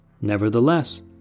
Nevertheless